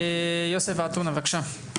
יוסף עטאונה בבקשה.